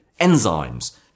enzymes